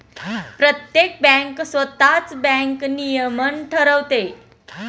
प्रत्येक बँक स्वतःच बँक नियमन ठरवते